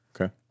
okay